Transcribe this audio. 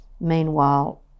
meanwhile